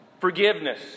Forgiveness